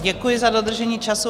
Děkuji za dodržení času.